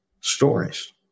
stories